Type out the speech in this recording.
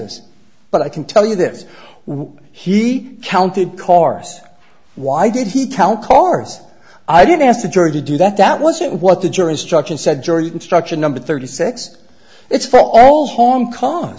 this but i can tell you this what he counted cars why did he tell cars i didn't ask the jury to do that that was what the jury instruction said jury instruction number thirty six it's for all hong kong